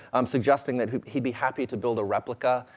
um suggesting that he'd he'd be happy to build a replica,